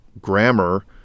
grammar